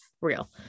real